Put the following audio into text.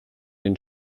den